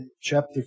chapter